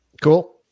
Cool